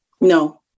no